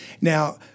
Now